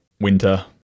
winter